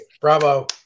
bravo